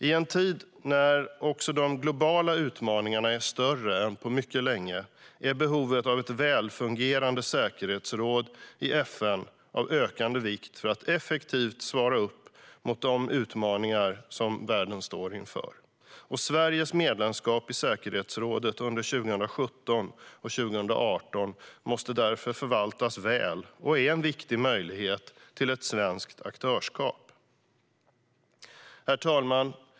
I en tid när också de globala utmaningarna är större än på mycket länge är behovet av ett välfungerande säkerhetsråd i FN av ökande vikt för att effektivt svara upp mot de utmaningar världen står inför, och Sveriges medlemskap i säkerhetsrådet under 2017 och 2018 måste därför förvaltas väl. Det är en viktig möjlighet till svenskt aktörskap. Herr talman!